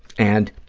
and